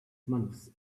months